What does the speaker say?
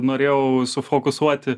norėjau sufokusuoti